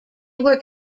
were